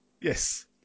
Yes